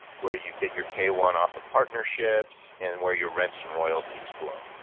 where you get your k one off of partnerships and where your rents and royalties flow.